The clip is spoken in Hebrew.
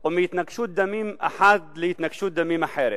או מהתנגשות דמים אחת להתנגשות דמים אחרת.